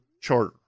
charter